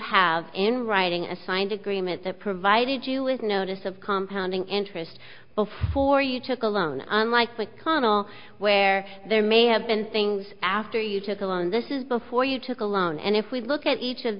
have in writing a signed agreement that provided you was notice of compounding interest before you took a loan unlikely connel where there may have been things after you took a loan this is before you took a loan and if we look at each of